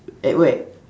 at where